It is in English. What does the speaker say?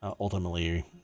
ultimately